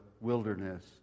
wilderness